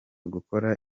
gukora